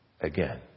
again